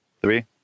three